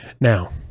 Now